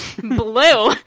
blue